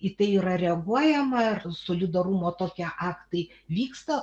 į tai yra reaguojama ir solidarumo tokie aktai vyksta